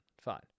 fine